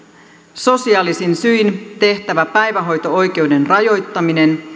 sosiaalisin syin tehtävä päivähoito oikeuden rajoittaminen